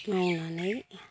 मावनानै